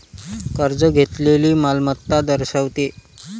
कर्ज घेतलेली मालमत्ता दर्शवते